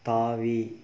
தாவி